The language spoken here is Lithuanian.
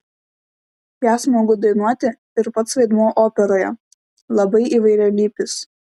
ją smagu dainuoti ir pats vaidmuo operoje labai įvairialypis